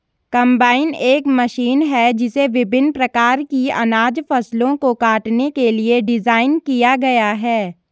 combine एक machine है जिसे विभिन्न प्रकार की अनाज फसलों को काटने के लिए डिज़ाइन किया गया है